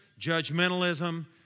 judgmentalism